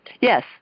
Yes